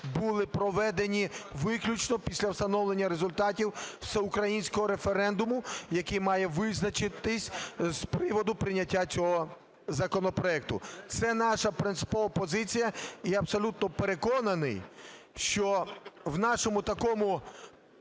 були проведені виключно після встановлення результатів всеукраїнського референдуму, який має визначитись з приводу прийняття цього законопроекту. Це наша принципова позиція, і я абсолютно переконаний, що в нашому такому